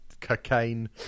cocaine